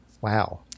Wow